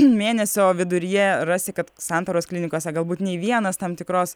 mėnesio viduryje rasi kad santaros klinikose galbūt nei vienas tam tikros